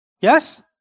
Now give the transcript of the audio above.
Yes